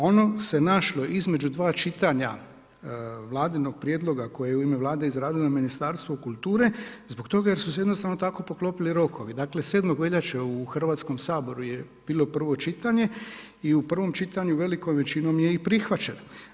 Ono se našlo između dva čitanja vladinog prijedloga koji je u ime Vlade izradilo Ministarstvo kulture zbog toga jer su se jednostavno tako poklopili rokovi, dakle 7. veljače u Hrvatskom saboru je bilo prvo čitanje i u prvom čitanju velikom većinom je i prihvaćen.